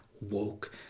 woke